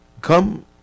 Come